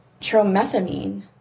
Tromethamine